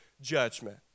judgment